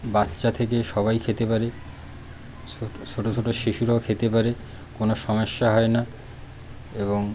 বাচ্চা থেকে সবাই খেতে পারে ছোটো ছোটো ছোটো শিশুরাও খেতে পারে কোনো সমস্যা হয় না এবং